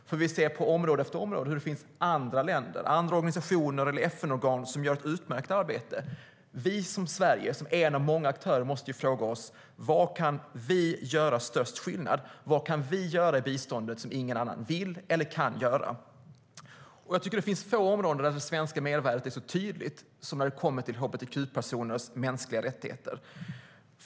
Vi ser på område efter område hur andra länder, organisationer eller FN-organ gör ett utmärkt arbete. Vi som Sverige, som en av många aktörer, måste fråga oss: Var kan vi göra störst skillnad? Vad kan vi göra i biståndet som ingen annan vill eller kan göra? Jag tycker att det finns få områden där det svenska mervärdet är så tydligt som när det kommer till hbtq-personers mänskliga rättigheter.